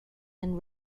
and